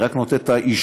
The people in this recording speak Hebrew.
היא רק נותנת את האישור.